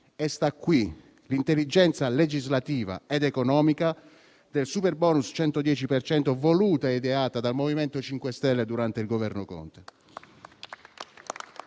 e sta qui l'intelligenza legislativa ed economica del superbonus al 110 per cento, voluto e ideato dal MoVimento 5 Stelle durante il Governo Conte